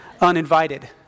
uninvited